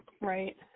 Right